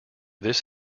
this